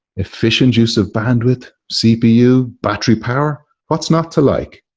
efficient use of bandwidth, cpu, battery power. what's not to like?